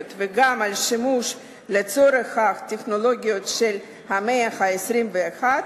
וגם על שימוש לצורך כך בטכנולוגיות של המאה ה-21,